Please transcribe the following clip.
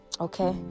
okay